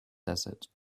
desert